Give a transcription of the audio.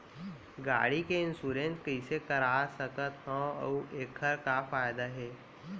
गाड़ी के इन्श्योरेन्स कइसे करा सकत हवं अऊ एखर का फायदा हे?